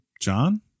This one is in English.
John